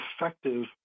effective